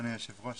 אדוני היושב ראש,